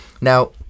Now